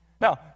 Now